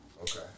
Okay